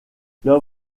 leur